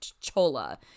chola